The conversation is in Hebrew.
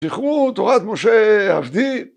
זכרו תורת משה עבדי